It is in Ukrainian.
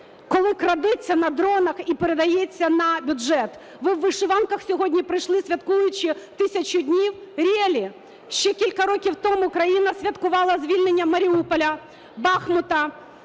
коли крадеться на дронах і передається на бюджет. Ви у вишиванках сьогодні прийшли, святкуючи 1000 днів, really. Ще кілька років тому країна святкувала звільнення Маріуполя, Бахмута,